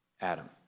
Adam